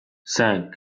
cinq